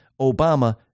Obama